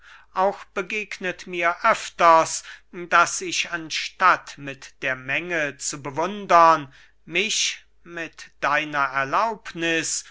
auch begegnet mir öfters daß ich anstatt mit der menge zu bewundern mich mit